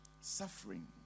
Suffering